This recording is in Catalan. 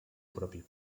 propi